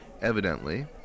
Evidently